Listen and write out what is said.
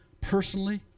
personally